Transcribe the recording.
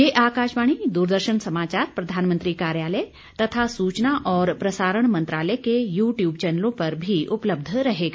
यह आकाशवाणी दूरदर्शन समाचार प्रधानमंत्री कार्यालय तथा सूचना और प्रसारण मंत्रालय के यू ट्यूब चौनलों पर भी उपलब्ध रहेगा